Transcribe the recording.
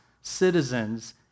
citizens